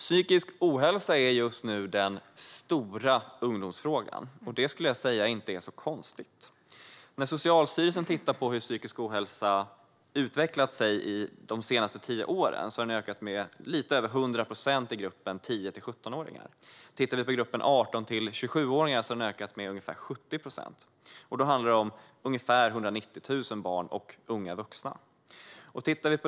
Psykisk ohälsa är just nu den stora ungdomsfrågan. Det är, skulle jag säga, inte så konstigt. Socialstyrelsen har tittat på hur den psykiska ohälsan har utvecklats under de senaste tio åren. Då har man kunnat se att den har ökat med lite över 100 procent i gruppen 10-17-åringar. I gruppen 18-27-åringar har den ökat med ungefär 70 procent. Då handlar det om ungefär 190 000 barn och unga vuxna.